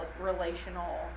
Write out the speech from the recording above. relational